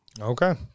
Okay